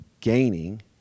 gaining